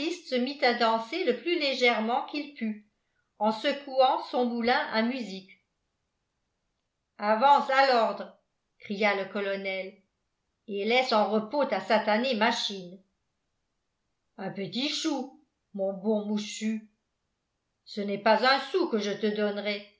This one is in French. se mit à danser le plus légèrement qu'il put en secouant son moulin à musique avance à l'ordre cria le colonel et laisse en repos ta satanée machine un petit chou mon bon mouchu ce n'est pas un sou que je te donnerai